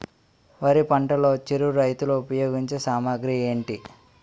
వరి పంటలో చిరు రైతులు ఉపయోగించే సామాగ్రి ఏంటి?